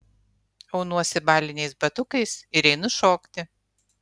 aunuosi baliniais batukais ir einu šokti